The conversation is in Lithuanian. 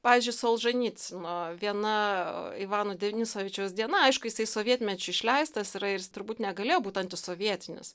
pavyzdžiui solženicyno viena ivano denisovičiaus diena aišku jisai sovietmečiu išleistas yra ir jis turbūt negalėjo būt antisovietinis